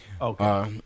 Okay